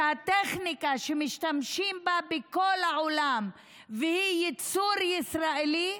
שאת הטכנולוגיה שמשתמשים בה בכל העולם ושהיא ייצור ישראלי,